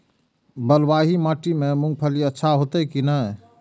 बलवाही माटी में मूंगफली अच्छा होते की ने?